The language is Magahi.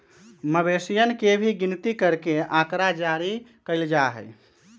मवेशियन के भी गिनती करके आँकड़ा जारी कइल जा हई